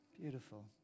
Beautiful